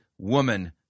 woman